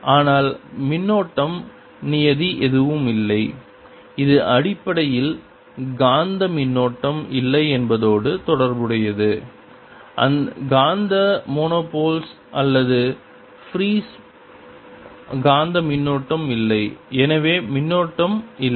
ஆனால் மின்னோட்டம் நியதி எதுவும் இல்லை இது அடிப்படையில் காந்த மின்னோட்டம் இல்லை என்பதோடு தொடர்புடையது காந்த மோனோபோல் அல்லது ஃப்ரீ காந்த மின்னூட்டம் இல்லை எனவே மின்னோட்டம் இல்லை